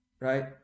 Right